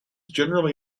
generally